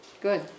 Good